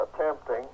attempting